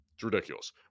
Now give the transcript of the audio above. ridiculous